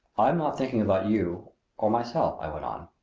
i am not thinking about you or myself, i went on.